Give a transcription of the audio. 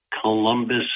Columbus